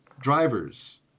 Drivers